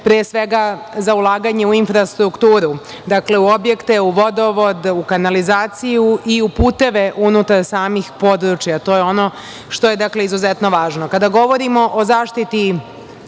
pre svega za ulaganje u infrastrukturu, dakle, u objekte, u vodovod, u kanalizaciju i u puteve unutar samih područja. To je ono što je dakle izuzetno važno. Kada